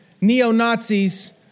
neo-Nazis